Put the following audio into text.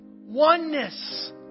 oneness